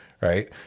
right